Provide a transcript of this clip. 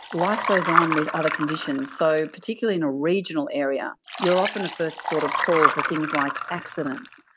life goes on with other conditions. so particularly in a regional area, you're often the first port of call for things like accidents,